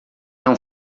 não